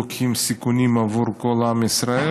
לוקחים סיכונים עבור כל עם ישראל.